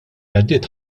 għaddiet